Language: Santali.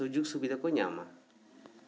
ᱥᱩᱡᱩᱜᱽ ᱥᱩᱵᱤᱫᱷᱟ ᱠᱚ ᱧᱟᱢᱟ